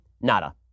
Nada